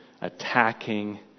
attacking